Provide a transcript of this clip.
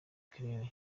claire